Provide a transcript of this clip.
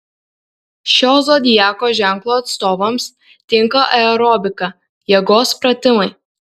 šio zodiako ženklo atstovams tinka aerobika jėgos pratimai